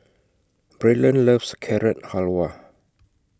Braylon loves Carrot Halwa